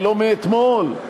לא מאתמול,